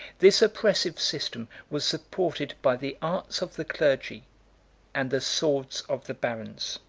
this oppressive system was supported by the arts of the clergy and the swords of the barons.